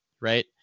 right